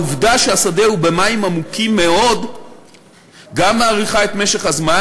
העובדה שהשדה הוא במים עמוקים מאוד גם מאריכה את משך הזמן